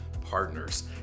Partners